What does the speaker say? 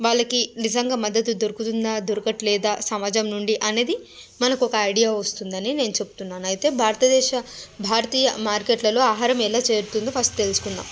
వాళ్ళకి నిజంగా మద్ధతు దొరుకుతుందా దొరకట్లేదా సమాజం నుండి అనేది మనకి ఒక ఐడియా వస్తుంది అని నేను చెప్తున్నాను అయితే భారతదేశ భారతీయ మార్కెట్లలో ఆహారం ఎలా చేరుతుందో ఫస్ట్ తెలుసుకుందాం